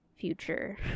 future